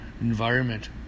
environment